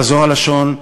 בזו הלשון: